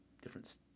different